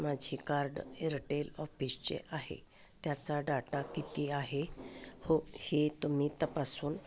माझी कार्ड एअरटेल ऑफिसचे आहे त्याचा डाटा किती आहे हो हे तुम्ही तपासून